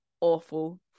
awful